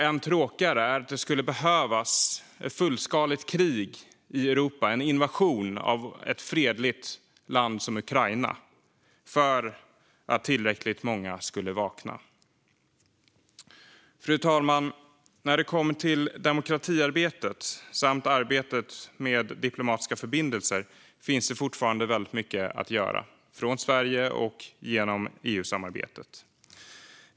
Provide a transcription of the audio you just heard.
Ännu tråkigare är att det skulle behövas ett fullskaligt krig i Europa, en invasion av ett fredligt land som Ukraina, för att tillräckligt många skulle vakna. Fru talman! När det kommer till demokratiarbetet samt arbetet med diplomatiska förbindelser finns det fortfarande väldigt mycket att göra från Sverige och genom EU-samarbetet.